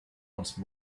once